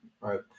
right